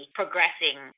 progressing